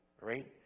right